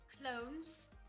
clones